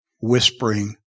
whispering